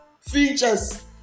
features